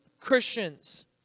Christians